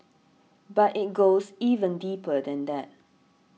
but it goes even deeper than that